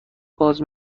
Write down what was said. باز